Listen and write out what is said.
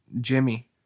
Jimmy